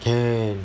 can can can can